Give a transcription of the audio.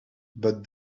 but